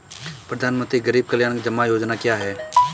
प्रधानमंत्री गरीब कल्याण जमा योजना क्या है?